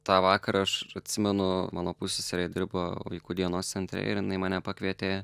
tą vakarą aš atsimenu mano pusseserė dirbo vaikų dienos centre ir jinai mane pakvietė